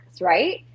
Right